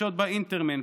רכישות באינטרנט,